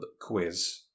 quiz